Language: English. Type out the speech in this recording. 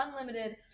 unlimited